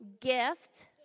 gift